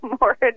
more